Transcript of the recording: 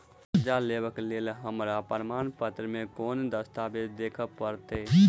करजा लेबाक लेल हमरा प्रमाण मेँ कोन दस्तावेज देखाबऽ पड़तै?